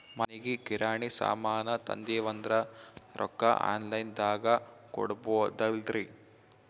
ಮನಿಗಿ ಕಿರಾಣಿ ಸಾಮಾನ ತಂದಿವಂದ್ರ ರೊಕ್ಕ ಆನ್ ಲೈನ್ ದಾಗ ಕೊಡ್ಬೋದಲ್ರಿ?